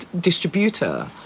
distributor